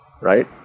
right